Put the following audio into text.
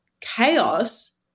chaos